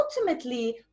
ultimately